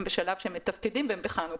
הם בשלב שהם מתפקדים והם בחנוכה,